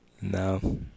No